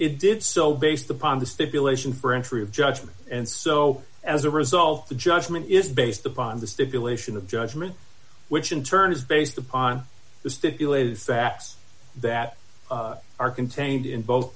it did so based upon the stipulation for entry of judgment and so as a result the judgment is based upon the stipulation of judgment which in turn is based upon the stipulated facts that are contained in both